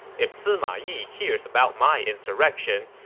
if sima yi hears about my insurrection,